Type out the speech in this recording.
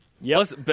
Yes